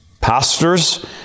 pastors